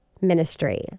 ministry